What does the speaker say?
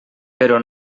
però